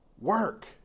Work